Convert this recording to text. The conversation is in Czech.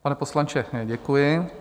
Pane poslanče, děkuji.